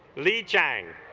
li chang